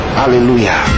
hallelujah